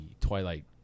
Twilight